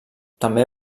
també